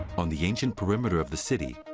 on the ancient perimeter of the city,